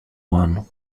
one